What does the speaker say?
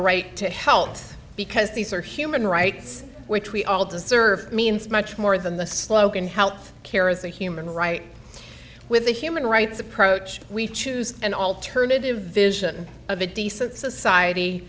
right to health because these are human rights which we all deserve means much more than the slogan health care is a human right with the human rights approach we choose an alternative vision of a decent society